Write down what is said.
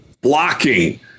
blocking